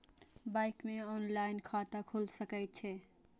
Bank में online खाता खुल सके छे?